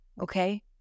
Okay